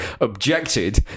Objected